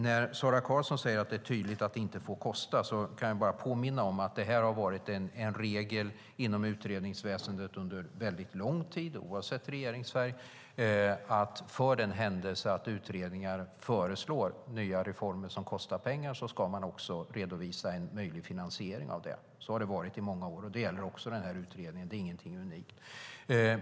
När Sara Karlsson säger att det är tydligt att det inte får kosta kan jag bara påminna om att det här har varit en regel inom utredningsväsendet under väldigt lång tid, oavsett regeringsfärg. I händelse av att utredningar föreslår nya reformer som kostar pengar ska också en möjlig finansiering redovisas. Så har det varit i många år, och det gäller också denna utredning. Det är ingenting unikt.